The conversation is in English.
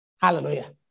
Hallelujah